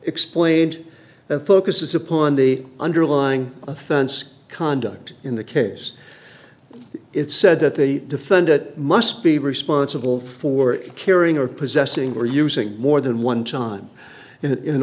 explained that focuses upon the underlying offense conduct in the case it said that the defendant must be responsible for carrying or possessing or using more than one time